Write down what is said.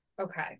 Okay